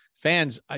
fans